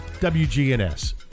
WGNS